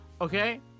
Okay